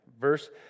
Verse